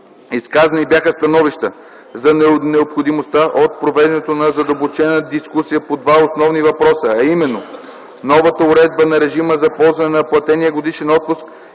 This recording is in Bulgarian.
Изказани бяха становища за необходимостта от провеждането на задълбочена дискусия по два основни въпроса, а именно новата уредба на режима за ползване на платения годишен отпуск